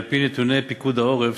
על-פי נתוני פיקוד העורף,